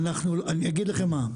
אני אגיד לכם מה,